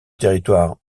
territoire